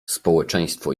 społeczeństwo